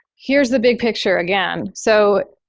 here's the big picture again. so,